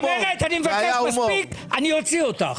צמרת, אני מבקש להפסיק, אני אוציא אותך.